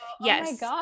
Yes